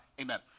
amen